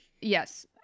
yes